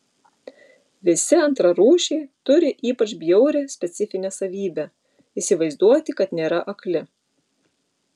visi antrarūšiai turi ypač bjaurią specifinę savybę įsivaizduoti kad nėra akli